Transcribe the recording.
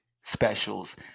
specials